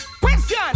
question